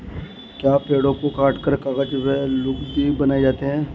क्या पेड़ों को काटकर कागज व लुगदी बनाए जाते हैं?